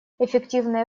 эффективное